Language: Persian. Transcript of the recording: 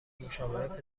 مشاوره